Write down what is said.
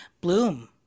bloom